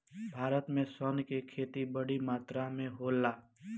भारत में सन के खेती बड़ी मात्रा में होला